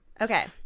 Okay